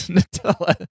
Nutella